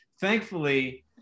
Thankfully